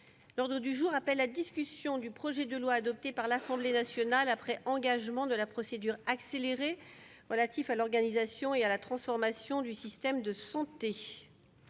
L'ordre du jour appelle la discussion du projet de loi, adopté par l'Assemblée nationale après engagement de la procédure accélérée, relatif à l'organisation et à la transformation du système de santé